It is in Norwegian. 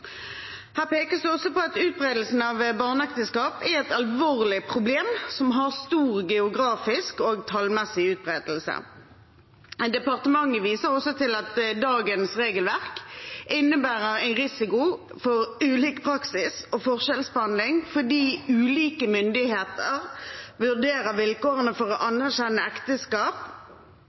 Det pekes på at utbredelsen av barneekteskap er et alvorlig problem som har stor geografisk og tallmessig utbredelse. Departementet viser også til at dagens regelverk innebærer en risiko for ulik praksis og forskjellsbehandling, fordi ulike myndigheter vurderer vilkårene for å anerkjenne ekteskap